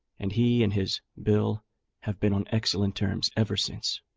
and he and his bill have been on excellent terms ever since.